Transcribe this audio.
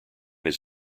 his